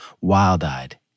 Wild-eyed